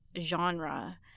genre